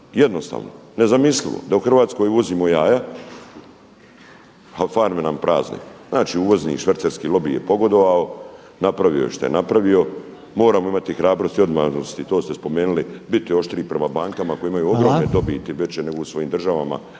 Jednostavno nezamislivo da u Hrvatskoj uzmu jaja, a farme nam prazne. Znači, uvozni, švercerski lobi je pogodovao, napravio je što je napravio. Moramo imati hrabrosti i odvažnosti to ste spomenuli biti oštriji prema bankama koje imaju ogromne dobiti veće nego u svojim državama